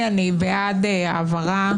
מי בעד הרוויזיה ירים את ידו?